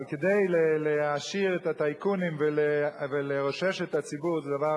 אבל כדי להעשיר את הטייקונים ולרושש את הציבור זה דבר